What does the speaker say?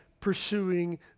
pursuing